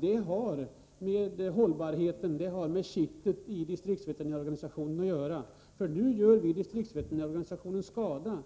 det har med hållbarheten, med kittet, i distriktsveterinärorganisationen att göra. Nu gör vi distriktsveterinärorganisationen skada.